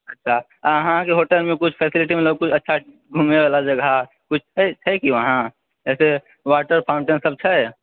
अच्छा अहाँके होटलमे किछु फैसीलिटी मतलब किछु अच्छा घुमैबला जगह किछु छै छै कि वहाँ जइसे वाटर फाउन्टेन सब छै